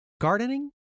gardening